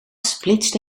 splitste